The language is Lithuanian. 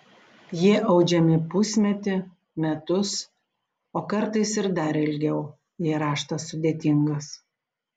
jie audžiami pusmetį metus o kartais ir dar ilgiau jei raštas sudėtingas